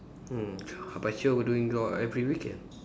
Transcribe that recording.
mm how about you what doing all every weekend